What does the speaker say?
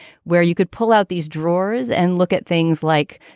where you could pull out these drawers and look at things like.